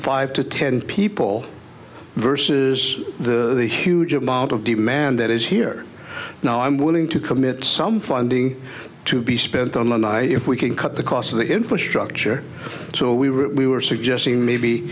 five to ten people versus the huge amount of demand that is here now i'm willing to commit some funding to be spent on an i we can cut the cost of the infrastructure so we were we were suggesting maybe